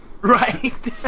Right